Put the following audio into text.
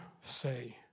say